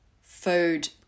food